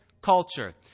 culture